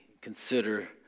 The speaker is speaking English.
consider